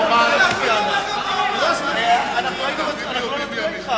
חבר הכנסת טלב אלסאנע,